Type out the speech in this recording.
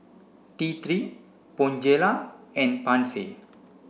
T three Bonjela and Pansy